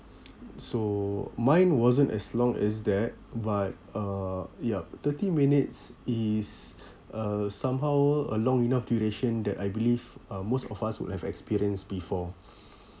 so mine wasn't as long as that but uh yup thirty minutes is uh somehow a long enough duration that I believe uh most of us would have experienced before